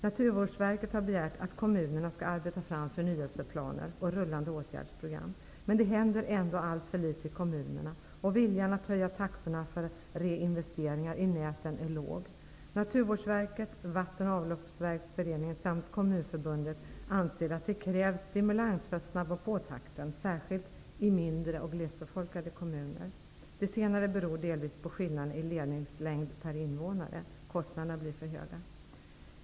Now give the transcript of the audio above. Naturvårdsverket har begärt att kommunerna skall arbeta fram förnyelseplaner och rullande åtgärdsprogram. Men det händer ändå alltför litet i kommunerna, och viljan att höja taxorna för reinvesteringar i näten är svag. Naturvårdsverket, Kommunförbundet anser att det krävs stimulans för att takten skall ökas, särskilt i mindre och glesbefolkade kommuner. Det senare beror delvis på skillnaden i ledningslängd per invånare. Kostnaderna blir för höga.